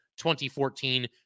2014